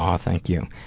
um thank you.